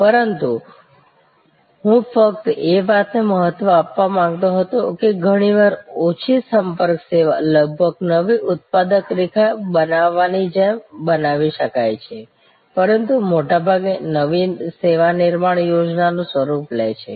પરંતુ હું ફક્ત એ વાતને મહત્વ આપવા માંગતો હતો કે ઘણી વાર ઓછી સંપર્ક સેવા લગભગ નવી ઉત્પાદક રેખા બનાવવાની જેમ બનાવી શકાય છે પરંતુ મોટાભાગે નવી સેવા નિર્માણ યોજના નું સ્વરૂપ લે છે